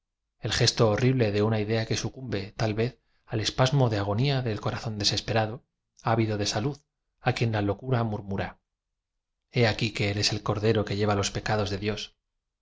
l gesto horrible de una idea que sucumbe ta l v e z e l espasmo de agodía del corazón desesperado ávido de salud á quien la locura murmura h e aqui que eres e l cordero que lleva los pecados de d ios